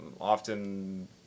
often